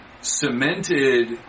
cemented